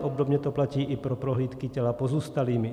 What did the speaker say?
Obdobně to platí i pro prohlídky těla pozůstalými.